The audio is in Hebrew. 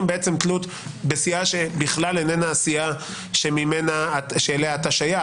תלות בסיעה שבכלל איננה הסיעה שאליה אתה שייך.